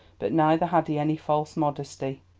but neither had he any false modesty.